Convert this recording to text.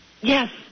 Yes